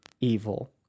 evil